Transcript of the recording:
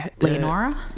leonora